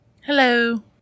hello